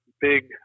big